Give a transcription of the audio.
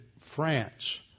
France